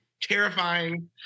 terrifying